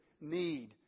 need